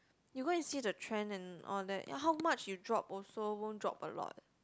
you go and see the trend and all that how much you drop also won't drop a lot